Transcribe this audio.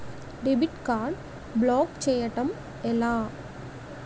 Debit card block చేయటం ఎలా?